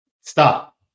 stop